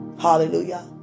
Hallelujah